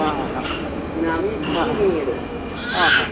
ಹಾಂ ಹಾಂ ಹಾಂ ಹಾಂ ಹಾಂ ಆಂ ಹಾಂ